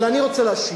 אבל אני רוצה להשיב.